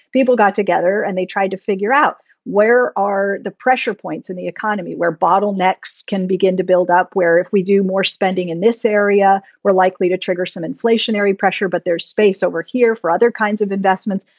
people got together and they tried to figure out where are the pressure points in the economy economy where bottlenecks can begin to build up, where if we do more spending in this area, we're likely to trigger some inflationary pressure. but there's space over here for other kinds of investments.